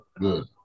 Good